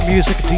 Music